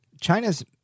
China's